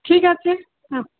ঠিক আছে হ্যাঁ